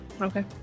Okay